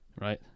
right